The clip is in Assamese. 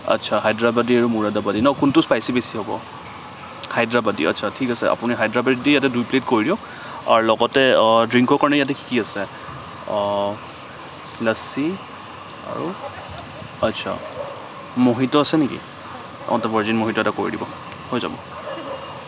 আচ্ছা হাইদৰাবাদি আৰু মোৰাদাবাদি ন কোনটো স্পাইচি বেছি হ'ব হাইদৰাবাদি আচ্ছা ঠিক আছে আপুনি হাইদৰাবাদি ইয়াতে দুই প্লেট কৰি দিয়ক আৰু লগতে ড্ৰিংকৰ কাৰণে ইয়াতে কি কি আছে লাচ্ছি আৰু আচ্ছা ম'হিটো আছে নেকি অঁ ত' ভাৰজিন মোহিটো এটা কৰি দিব হৈ যাব